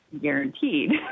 guaranteed